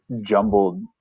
jumbled